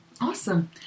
Awesome